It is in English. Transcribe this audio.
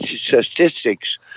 statistics